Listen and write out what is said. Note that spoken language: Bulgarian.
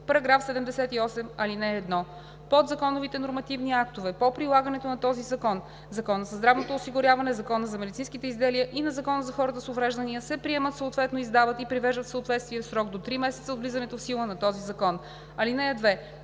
нов § 78: „§ 78. (1) Подзаконовите нормативни актове по прилагането на този закон, Закона за здравното осигуряване, Закона за медицинските изделия и на Закона за хората с увреждания се приемат, съответно издават и привеждат в съответствие, в срок до три месеца от влизането в сила на този закон. (2)